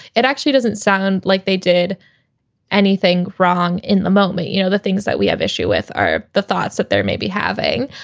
it actually doesn't sound like they did anything wrong in the moment. you know, the things that we have issue with are the thoughts that they may be having.